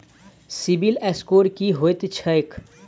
CIBIL score की होइत छैक?